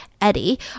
eddie